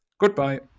Goodbye